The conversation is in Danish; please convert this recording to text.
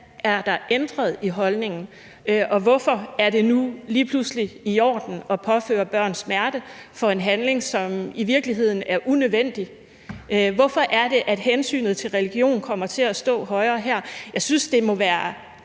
der er ændret i holdningen, og hvorfor det nu lige pludselig er i orden at påføre børn smerte for en handling, som i virkeligheden er unødvendig? Hvorfor er det, at hensynet til religion kommer til at stå højere her? For mig er det udtryk